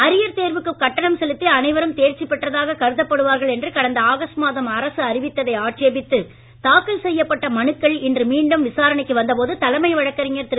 arrear தேர்வுக்கு கட்டணம் செலுத்தி அனைவரும் தேர்ச்சி பெற்றதாக கருதப்படுவார்கள் என்று கடந்த ஆகஸ்ட் மாதம் அரசு அறிவித்ததை ஆட்சேபித்து தாக்கல் செய்யப்பட்ட மனுக்கள் இன்று மீண்டும் விசாரணைக்கு வந்த போது தலைமை வழக்கறிஞர் திரு